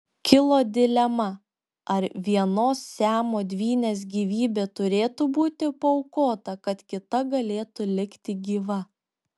kilo dilema ar vienos siamo dvynės gyvybė turėtų būti paaukota kad kita galėtų likti gyva